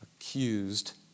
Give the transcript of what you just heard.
accused